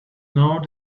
now